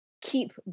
keep